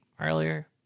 earlier